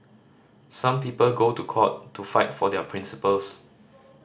some people go to court to fight for their principles